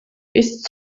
ist